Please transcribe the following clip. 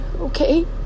okay